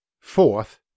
Fourth